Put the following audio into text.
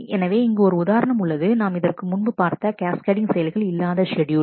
எனவே இங்கே ஒரு உதாரணம் உள்ளது நாம் இதற்கு முன்பு பார்த்த கேஸ்கேடிங் செயல்கள் இல்லாத ஷெட்யூல்